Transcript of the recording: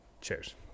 Cheers